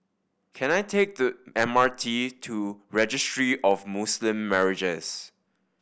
can I take the M R T to Registry of Muslim Marriages